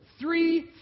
three